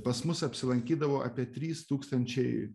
pas mus apsilankydavo apie trys tūkstančiai